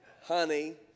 honey